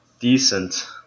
decent